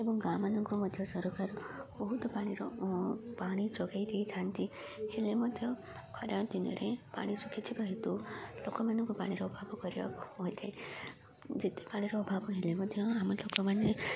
ଏବଂ ଗାଁମାନଙ୍କୁ ମଧ୍ୟ ସରକାର ବହୁତ ପାଣିର ପାଣି ଯୋଗାଇ ଦେଇଥାନ୍ତି ହେଲେ ମଧ୍ୟ ଖରା ଦିନରେ ପାଣି ଶୁଖିଯିବା ହେତୁ ଲୋକମାନଙ୍କୁ ପାଣିର ଅଭାବ କରିବାକୁ ହୋଇଥାଏ ଯେତେ ପାଣିର ଅଭାବ ହେଲେ ମଧ୍ୟ ଆମ ଲୋକମାନେ